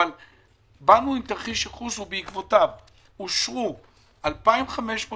בעקבות תרחיש הייחוס